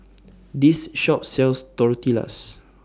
This Shop sells Tortillas